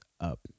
up